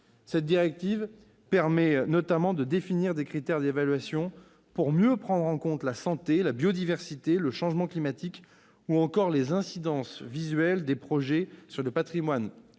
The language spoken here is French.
Cette directive permet notamment de définir des critères d'évaluation pour mieux prendre en compte la santé, la biodiversité, le changement climatique, ou encore les incidences visuelles des projets sur le patrimoine